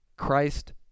Christ